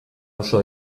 oso